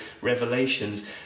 revelations